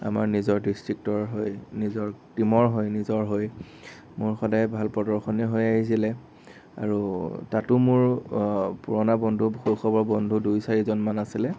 আমাৰ নিজৰ ডিষ্ট্ৰিক্টৰ হৈ নিজৰ টিমৰ হৈ নিজৰ হৈ মোৰ সদায় ভাল প্ৰদৰ্শনী হৈ আহিছিলে আৰু তাতো মোৰ পুৰণা বন্ধু শৈশৱৰ বন্ধু দুই চাৰিজনমান আছিলে